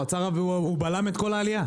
הוא בלם את כל העלייה,